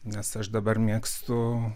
nes aš dabar mėgstu